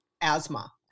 asthma